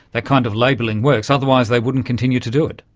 that kind of labelling works, otherwise they wouldn't continue to do it.